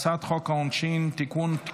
אני קובע כי הצעת חוק המאבק בטרור (תיקון,